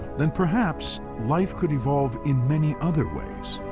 then perhaps life could evolve in many other ways,